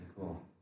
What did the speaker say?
cool